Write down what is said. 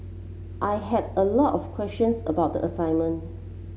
I had a lot of questions about the assignment